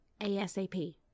ASAP